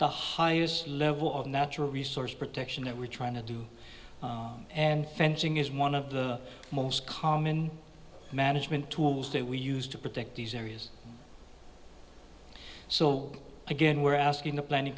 the highest level of natural resource protection that we're trying to do and fencing is one of the most common management tools that we used to protect these areas so again we're asking the planning